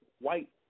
white